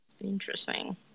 Interesting